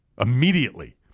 immediately